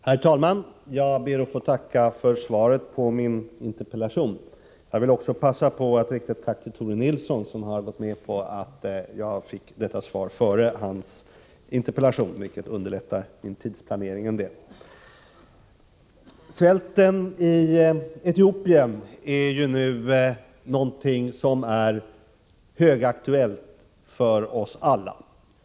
Herr talman! Jag ber att få tacka för svaret på min interpellation. Svälten i Etiopien är nu högaktuell för oss alla.